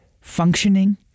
functioning